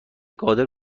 قادر